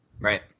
Right